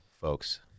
folks